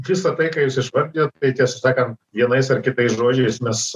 visa tai ką jūs išvardijot tai tiesą sakant vienais ar kitais žodžiais mes